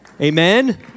amen